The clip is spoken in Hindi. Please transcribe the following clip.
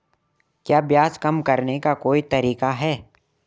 क्या ब्याज कम करने का कोई तरीका है?